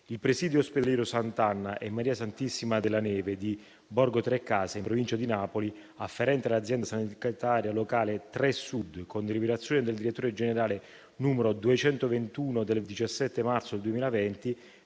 Il presidio ospedaliero Sant'Anna e Maria santissima della Neve di Borgotrecase, in provincia di Napoli, afferente all'Azienda sanitaria locale 3 Sud, con delibera del direttore generale n. 221 del 17 marzo 2020,